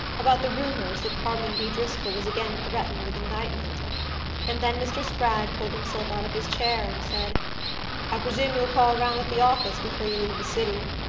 about the rumours that harmon b. driscoll was again threatened with indictment and then mr. spragg pulled himself out of his chair and said i presume you'll call round at the office before you leave the city.